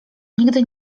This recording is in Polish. nigdy